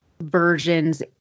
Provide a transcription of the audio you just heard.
versions